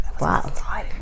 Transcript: Wow